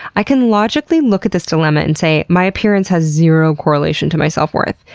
i can logically look at this dilemma and say, my appearance has zero correlation to my self-worth.